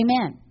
Amen